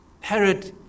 Herod